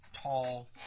tall